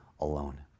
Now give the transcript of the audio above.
alone